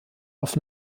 auf